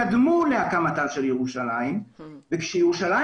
קדמו להקמתה של ירושלים וכאשר ירושלים